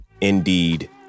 indeed